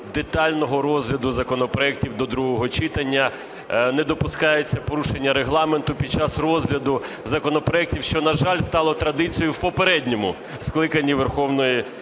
детального розгляду законопроектів до другого читання, не допускається порушення Регламенту під час розгляду законопроектів, що, на жаль, стало традицією в попередньому скликанні Верховної Ради.